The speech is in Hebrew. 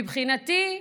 מבחינתי,